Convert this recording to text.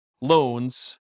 loans